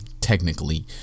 technically